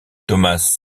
thomas